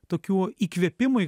tokių įkvėpimui